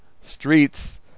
streets